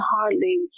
hardly